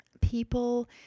people